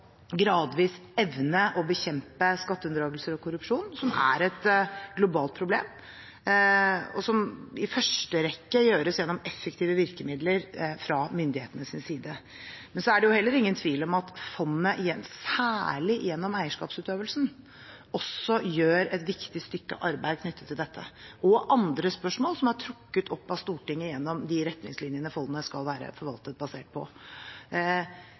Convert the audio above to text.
gradvis å evne å bekjempe skatteunndragelser og korrupsjon, som er globale problem, og som i første rekke gjøres gjennom effektive virkemidler fra myndighetenes side. Men så er det heller ingen tvil om at fondet særlig gjennom eierskapsutøvelsen også gjør et viktig stykke arbeid knyttet til dette og andre spørsmål som er trukket opp av Stortinget gjennom de retningslinjer fondet skal være forvaltet basert på.